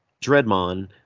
Dreadmon